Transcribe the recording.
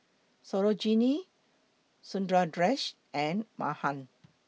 Sarojini Sundaresh and Mahan